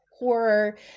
horror